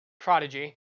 prodigy